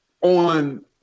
on –